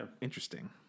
interesting